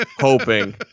hoping